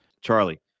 Charlie